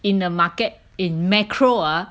in the market in macro ah